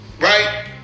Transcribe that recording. Right